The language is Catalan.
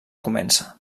comença